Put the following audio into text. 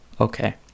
Okay